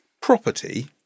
property